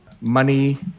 money